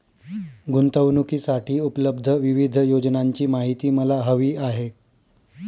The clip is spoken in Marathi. गुंतवणूकीसाठी उपलब्ध विविध योजनांची माहिती मला हवी आहे